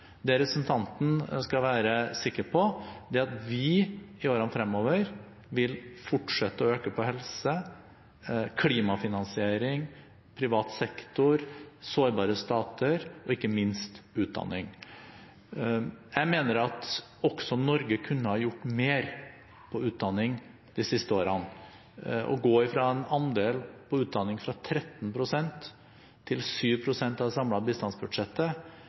Det representanten skal være sikker på, er at vi i årene fremover vil fortsette å øke på helse, klimafinansiering, privat sektor, sårbare stater og ikke minst utdanning. Jeg mener at også Norge kunne ha gjort mer på utdanning de siste årene. Å gå fra en andel på utdanning på 13 pst. til 7 pst. av det samlede bistandsbudsjettet